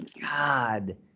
God